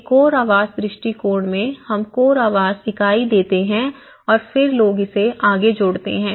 एक कोर आवास दृष्टिकोण में हम कोर आवास इकाई देते हैं और फिर लोग इसे आगे जोड़ते हैं